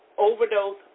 overdose